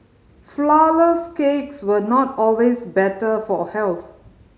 flourless cakes were not always better for health